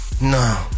No